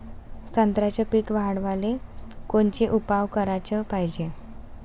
संत्र्याचं पीक वाढवाले कोनचे उपाव कराच पायजे?